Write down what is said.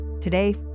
Today